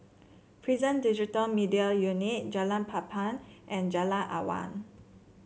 Prison Digital Media Unit Jalan Papan and Jalan Awang